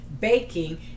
baking